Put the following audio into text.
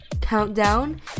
countdown